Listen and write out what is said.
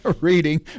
reading